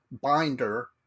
binder